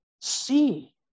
see